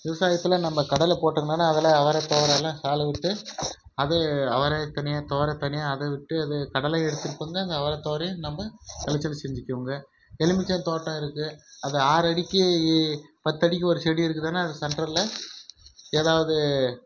விவசாயத்தில் நம்ம கடலை போட்டதுனாலே அதில் அவரை தொவரை எல்லாம் ஆளை விட்டு அது அவரைத் தனியாக தொவரை தனியாக அதைவிட்டு அது கடலை எடுத்துருப்பாங்க அங்கே அவரை தொவரையும் நம்ப செஞ்சுப்போங்க எலுமிச்சை தோட்டம் இருக்குது அது ஆறடிக்கு பத்தடிக்கு ஒரு செடி இருக்கிறதுனால அது சென்ட்டரில் ஏதாவது